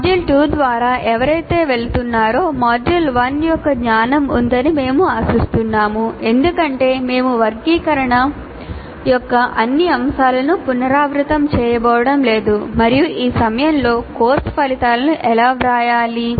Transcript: module 2 ద్వారా ఎవరైతే వెళుతున్నారో మాడ్యూల్ 1 యొక్క జ్ఞానం ఉందని మేము ఆశిస్తున్నాము ఎందుకంటే మేము వర్గీకరణ యొక్క అన్ని అంశాలను పునరావృతం చేయబోవడం లేదు మరియు ఈ సమయంలో కోర్సు ఫలితాలను ఎలా వ్రాయాలి